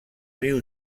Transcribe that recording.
riu